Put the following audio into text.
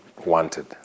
Wanted